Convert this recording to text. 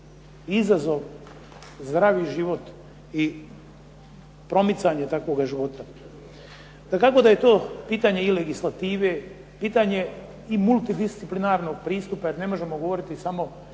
izazov zdravi život i promicanje takvoga života. Dakako da je to pitanje i legislative, pitanje i multidisciplinarnog pristupa jer ne možemo govoriti samo